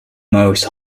most